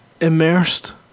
immersed